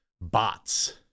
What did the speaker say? bots